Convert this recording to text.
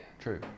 True